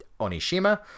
Onishima